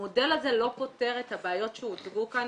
המודל הזה לא פותר את הבעיות שהוצגו כאן